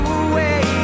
away